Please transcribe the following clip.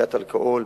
שתיית אלכוהול,